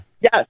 Yes